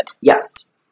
Yes